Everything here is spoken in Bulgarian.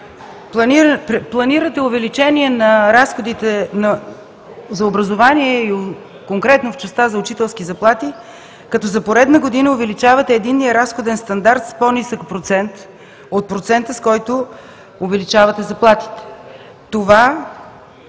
Планирате увеличение на разходите за образование и конкретно в частта за учителски заплати, като за поредна година увеличавате единния разходен стандарт с по-нисък процент от процента, с който увеличавате заплатите. Това